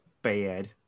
Bad